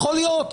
יכול להיות,